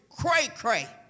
cray-cray